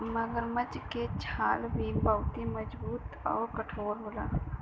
मगरमच्छ के छाल भी बहुते मजबूत आउर कठोर होला